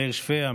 מאיר שפיה,